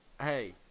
Hey